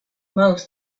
most